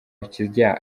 kizajya